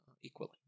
equally